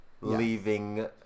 Leaving